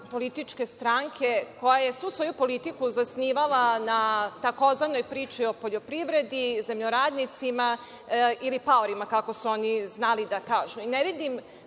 političke stranke koja je svu svoju politiku zasnivala na tzv. priči o poljoprivredi, zemljoradnicima ili paorima, kako su oni znali da kažu.